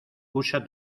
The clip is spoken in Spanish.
usa